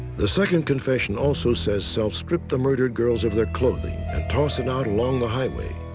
the second confession also says self stripped the murdered girls of their clothing and tossed it out along the highway.